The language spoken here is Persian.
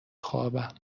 خوابم